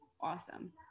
awesome